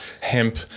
hemp